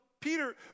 Peter